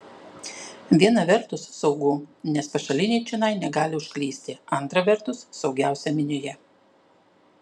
viena vertus saugu nes pašaliniai čionai negali užklysti antra vertus saugiausia minioje